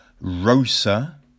Rosa